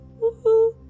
woohoo